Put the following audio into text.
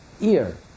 ear